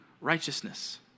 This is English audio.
righteousness